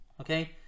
Okay